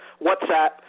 WhatsApp